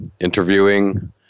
interviewing